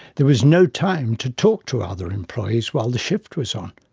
there was no time to talk to other employees while the shift was on.